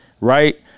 Right